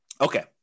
Okay